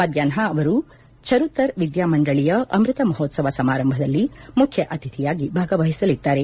ಮಧ್ಯಾಷ್ನ ನಾಯ್ದು ಅವರು ಛರುತರ್ ವಿದ್ನಾ ಮಂಡಳಿಯ ಅಮ್ನತ ಮಹೋತ್ಸವ ಸಮಾರಂಭದಲ್ಲಿ ಮುಖ್ನ ಅತಿಥಿಯಾಗಿ ಭಾಗವಹಿಸಲಿದ್ದಾರೆ